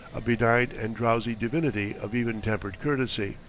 a benign and drowsy divinity of even-tempered courtesy.